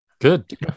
Good